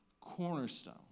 cornerstone